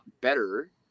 better